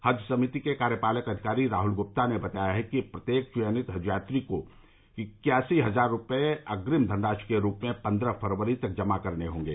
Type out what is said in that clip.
हज समिति के कार्यपालक अधिकारी राहुल गुप्ता ने बताया है कि प्रत्येक चयनित हज यात्री को इक्यासी हज़ार रूपये अग्रिम धनराशि के रूप में पन्द्रह फ़रवरी तक जमा करने होंगे